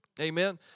Amen